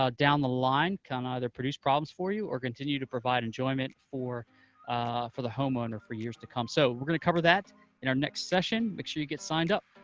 down the line, can either produce problems for you or continue to provide enjoyment for for the homeowner for years to come. so we're going to cover that in our next session. make sure you get signed up.